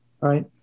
right